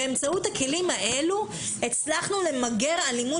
באמצעות הכלים האלו הצלחנו למגר אלימות